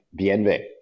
bienve